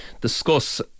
discuss